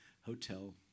hotel